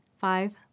five